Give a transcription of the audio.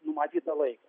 numatytą laiką